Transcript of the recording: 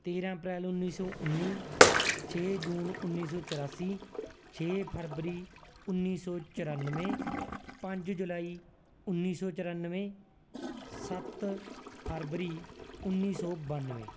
ਤੇਰਾਂ ਅਪ੍ਰੈਲ ਉਨੀ ਸੌ ਉਨੀ ਛੇ ਜੂਨ ਉਨੀ ਸੌ ਚੋਰਾਸੀ ਛੇ ਫਰਵਰੀ ਉਨੀ ਸੌ ਚੁਰਾਨਵੇਂ ਪੰਜ ਜੁਲਾਈ ਉਨੀ ਸੌ ਚੁਰਾਨਵੇ ਸੱਤ ਫਰਵਰੀ ਉਨੀ ਸੌ ਬਾਨਵੇ